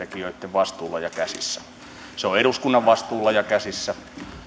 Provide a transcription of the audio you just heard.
vastuulla ja käsissä se on eduskunnan vastuulla ja käsissä